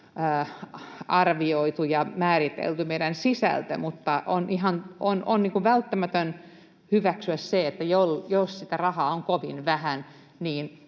arvioitu ja määritelty meidän sisältömme, on välttämätöntä hyväksyä se, että jos sitä rahaa on kovin vähän,